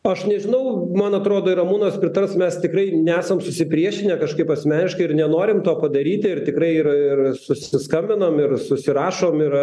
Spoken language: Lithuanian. aš nežinau man atrodo ir ramūnas pritars mes tikrai nesam susipriešinę kažkaip asmeniškai ir nenorim to padaryti ir tikrai ir ir susiskambinam ir susirašom ir